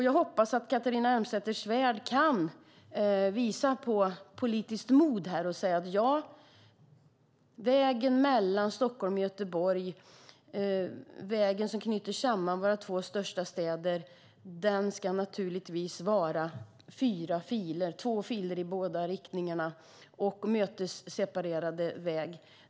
Jag hoppas att Catharina Elmsäter-Svärd kan visa politiskt mod och säga: Vägen mellan Stockholm och Göteborg, den väg som knyter samman våra två största städer, ska naturligtvis ha fyra filer - två filer i båda riktningarna - och vara mötesseparerad!